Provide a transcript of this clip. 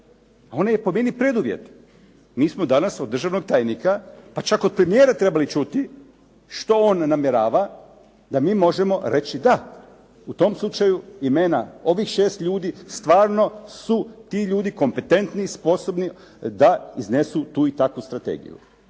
Ona je po meni preduvjet. Mi smo danas od državnog tajnika, pa čak od premijera trebali čuti što on namjerava da mi možemo reći da. U tom slučaju imena ovih šest ljudi stvarno su ti ljudi kompetentni, sposobni da iznesu tu i takvu strategiju.